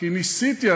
כי ניסיתי.